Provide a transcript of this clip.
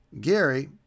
Gary